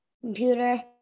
computer